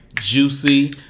juicy